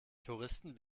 touristen